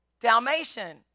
Dalmatian